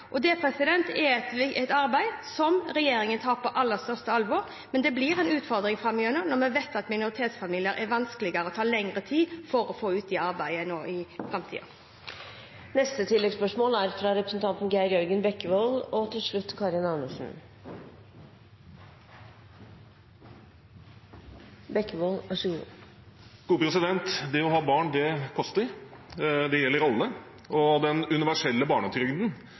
et arbeid som regjeringen tar på aller største alvor, men det blir en utfordring framover når vi vet at å få minoritetsfamilier ut i arbeid er vanskeligere og tar lengre tid. Geir Jørgen Bekkevold – til oppfølgingsspørsmål. Det å ha barn koster. Det gjelder alle. Den universelle barnetrygden mottas av alle. Det er viktig i seg selv, for det er ikke noe vi trenger å